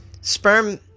sperm